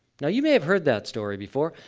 now, you may have heard that story before,